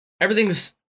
everything's